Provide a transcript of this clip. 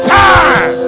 time